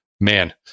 Man